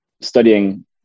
studying